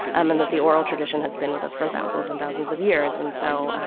um and that the oral tradition has been with us for thousands and thousands of years. and so